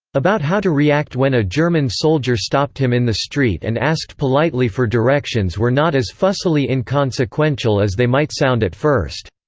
about how to react when a german soldier stopped him in the street and asked politely for directions were not as fussily inconsequential as they might sound at first.